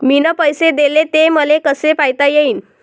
मिन पैसे देले, ते मले कसे पायता येईन?